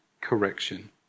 correction